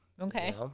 Okay